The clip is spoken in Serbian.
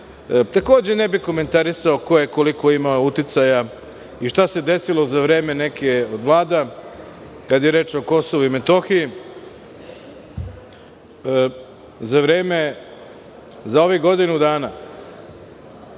ne bih komentarisao ko je koliko imao uticaja i šta se desilo za vreme neke od Vlada, kada je reč o Kosovu i Metohiji za vreme, za